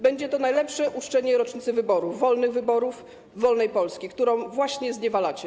Będzie to najlepsze uczczenie rocznicy wyborów, wolnych wyborów, wolnej Polski, którą właśnie zniewalacie.